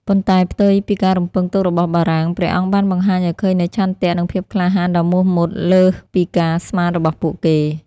ប៉ុន្តែផ្ទុយពីការរំពឹងទុករបស់បារាំង ព្រះអង្គបានបង្ហាញឱ្យឃើញនូវឆន្ទៈ និងភាពក្លាហានដ៏មោះមុត លើសពីការស្មានរបស់ពួកគេ។